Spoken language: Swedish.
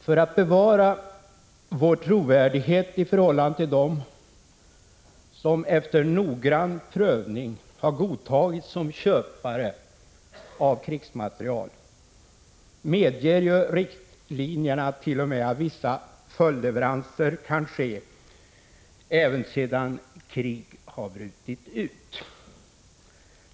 För att bevara vår trovärdighet i förhållande till dem som efter noggrann prövning har godtagits som köpare av krigsmateriel medger riktlinjerna att vissa följdleveranser kan ske även sedan krig har brutit ut.